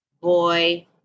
boy